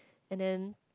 and then